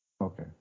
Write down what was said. Okay